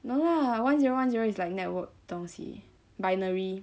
no lah one zero one zero is like network 东西 binary